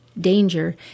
danger